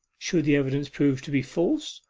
should the evidence prove to be false,